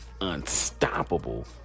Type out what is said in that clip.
unstoppable